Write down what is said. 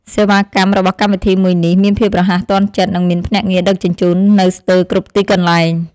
សេវាកម្មរបស់កម្មវិធីមួយនេះមានភាពរហ័សទាន់ចិត្ត និងមានភ្នាក់ងារដឹកជញ្ជូននៅស្ទើរគ្រប់ទីកន្លែង។